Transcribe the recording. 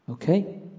Okay